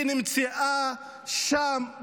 היא נמצאת שם,